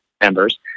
members